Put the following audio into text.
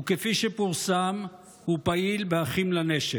וכפי שפורסם, הוא פעיל באחים לנשק.